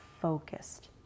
focused